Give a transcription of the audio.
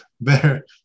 better